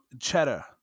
Cheddar